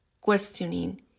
questioning